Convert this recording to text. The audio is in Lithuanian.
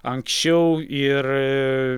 anksčiau ir